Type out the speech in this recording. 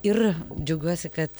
ir džiaugiuosi kad